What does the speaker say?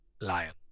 lion